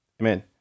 Amen